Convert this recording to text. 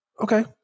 Okay